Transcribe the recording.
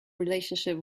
relationship